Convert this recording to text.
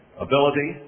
ability